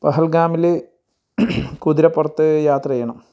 പെഹൽഗാമിൽ കുതിരപ്പുറത്ത് യാത്ര ചെയ്യണം